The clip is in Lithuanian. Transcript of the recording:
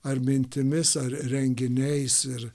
ar mintimis ar renginiais ir